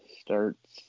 starts